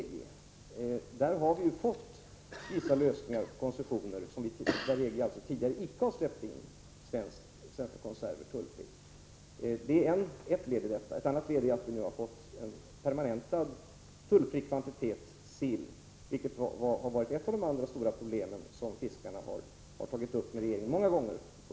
När det gäller den frågan har vi ju nu fått vissa koncessioner avseende de länder till vilka EG tidigare icke har släppt in svenska konserver tullfritt. Det är ett led i uppgörelsen. Ett annat är att vi har fått ett permanentat system avseende en tullfri kvantitet sill, vilket också har varit ett stort problem som fiskarna många gånger har tagit upp med regeringen.